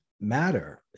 matter